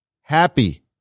happy